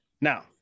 Now